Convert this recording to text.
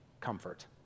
comfort